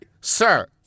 Sir